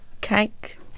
Cake